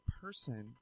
person